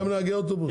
זה גם לנהגי אוטובוס?